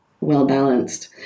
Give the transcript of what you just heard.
well-balanced